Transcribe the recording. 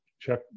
check